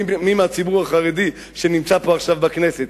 מי מהציבור החרדי שנמצא פה עכשיו בכנסת,